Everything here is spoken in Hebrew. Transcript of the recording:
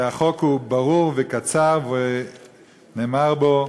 החוק הוא ברור וקצר, ונאמר בו,